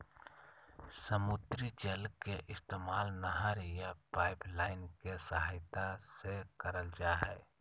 समुद्री जल के इस्तेमाल नहर या पाइपलाइन के सहायता से करल जा हय